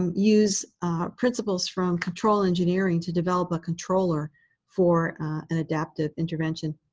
um use principles from control engineering to develop a controller for an adaptive intervention.